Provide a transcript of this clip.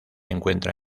encuentra